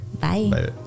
Bye